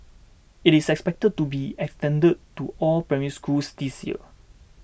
it is expected to be extended to all Primary Schools this year